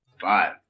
Five